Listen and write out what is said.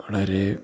വളരെ